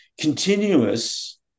Continuous